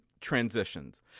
transitions